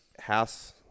house